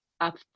up